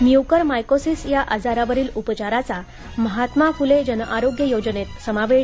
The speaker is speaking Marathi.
म्युकरमायकोसीस या आजारावरील उपचाराचा महात्मा फुले जनआरोग्य योजनेत समावेश